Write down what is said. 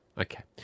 Okay